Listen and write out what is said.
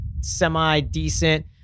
semi-decent